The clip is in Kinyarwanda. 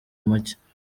muke